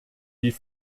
die